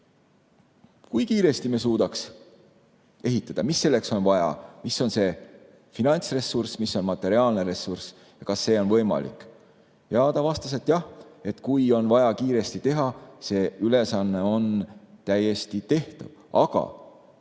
kui kiiresti me suudaks ehitada, mis selleks on vaja, mis on see finantsressurss, mis on materiaalne ressurss ja kas see on võimalik. Ja ta vastas, et jah, kui on vaja kiiresti teha, siis see ülesanne on täiesti tehtav. Aga